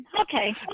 Okay